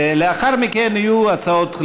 ולאחר מכן יהיו הצעות לסדר-היום,